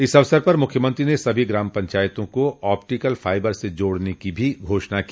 इस अवसर पर मुख्यमंत्री ने सभी ग्राम पंचायतों को आप्टिकल फाइबर से जोड़ने की भी घोषणा की